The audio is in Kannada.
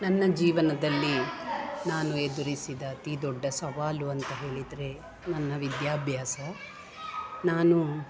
ನನ್ನ ಜೀವನದಲ್ಲಿ ನಾನು ಎದುರಿಸಿದ ಅತಿ ದೊಡ್ಡ ಸವಾಲು ಅಂತ ಹೇಳಿದರೆ ನನ್ನ ವಿದ್ಯಾಭ್ಯಾಸ ನಾನು